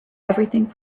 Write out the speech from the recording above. everything